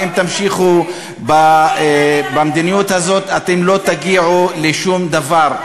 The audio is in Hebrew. ואם תמשיכו במדיניות הזאת אתם לא תגיעו לשום דבר.